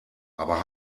aber